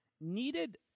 needed